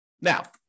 Now